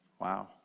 Wow